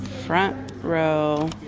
front row.